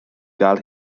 gael